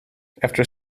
after